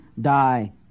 die